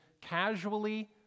casually